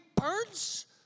burns